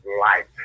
life